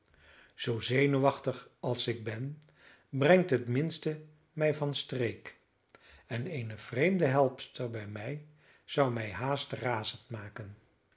zoo zenuwachtig als ik ben brengt het minste mij van streek en eene vreemde helpster bij mij zou mij haast razend maken